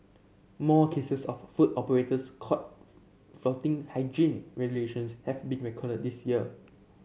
more cases of food operators caught flouting hygiene regulations have been recorded this year